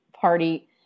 party